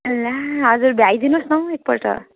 ला हजुर भ्याइ दिनुहोस् न हौ एकपल्ट